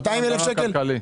200,000 שקלים?